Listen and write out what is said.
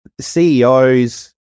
CEOs